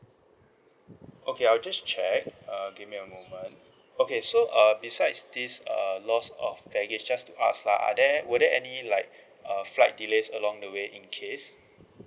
okay I'll just check uh give me a moment okay so uh besides this err lost of baggage just to ask lah are there were there any like a flight delays along the way in case